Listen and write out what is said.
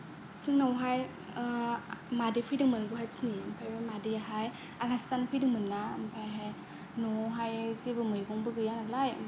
जोंनावहाय मादै फैदोंमोन गुवाहाटीनि ओमफ्राय मादैआहाय आलासि जानो फैदोंमोन ना ओमफायहाय न'आवहाय जेबो मैगंबो गैयानालाय ओमफाय